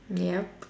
yup